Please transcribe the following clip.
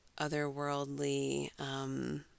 otherworldly